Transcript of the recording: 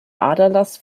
aderlass